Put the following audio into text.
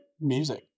music